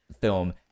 film